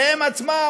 והם עצמם,